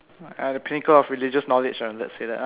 ah the pinnacle of religious knowledge lah let's say that lah